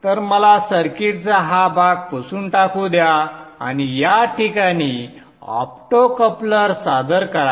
तर मला सर्किटचा हा भाग पुसून टाकू द्या आणि या ठिकाणी ऑप्टोकपलर सादर करा